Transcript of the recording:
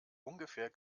ungefähr